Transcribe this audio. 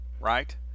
right